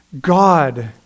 God